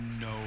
no